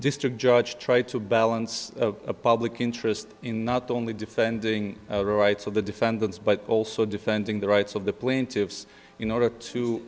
district judge tried to balance a public interest in not only defending the rights of the defendants but also defending the rights of the plaintiffs in order to